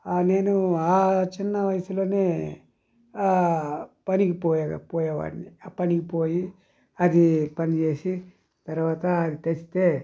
నేను ఆ చిన్న వయసులోనే పనికి పోయే పోయేవాడిని పనికి పోయి అది పనిచేసి తర్వాత అది తెస్తే